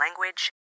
language